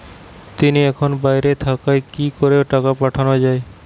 তিনি এখন বাইরে থাকায় কি করে টাকা পাঠানো য়ায়?